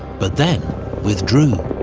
but then withdrew.